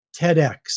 TEDx